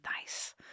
nice